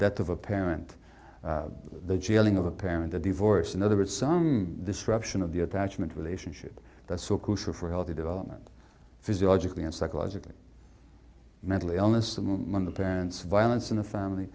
death of a parent the jailing of a parent a divorce in other words some disruption of the attachment relationship that's so crucial for healthy development physiologically and psychologically mental illness among the parents violence in the family